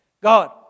God